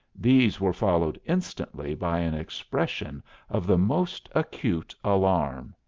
these were followed instantly by an expression of the most acute alarm.